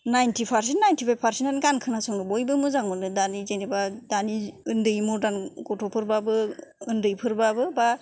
नायनथि percent ninety five percent आनो गान खोनासंनो बायबो मोजां मोनो दानि जेनोबा दानि उन्दै मर्दान गथ'फोरबाबो उन्दैफोरबाबो बा